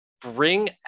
bring